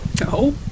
No